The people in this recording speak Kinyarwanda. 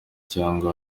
cyangwa